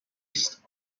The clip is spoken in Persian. است